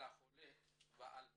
על החולה ועל משפחתו.